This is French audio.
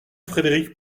frédéric